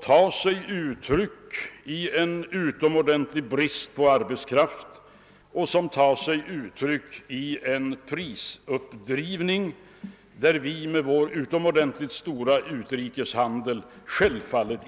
tar sig uttryck i en utomordentligt stark brist på arbetskraft som leder till en prisuppdriv ning, som självfallet måste påverka oss med vår stora utrikeshandel.